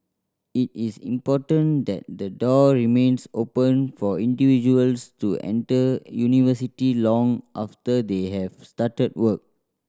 it is important that the door remains open for individuals to enter university long after they have started work